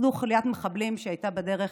שחיסלו חוליית מחבלים שהייתה בדרך